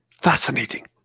Fascinating